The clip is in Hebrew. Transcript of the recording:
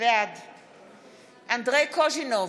בעד אנדרי קוז'ינוב,